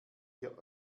ihr